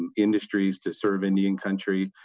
industries to serve indian country.